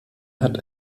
hat